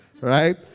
Right